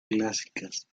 clásicas